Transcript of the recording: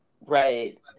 right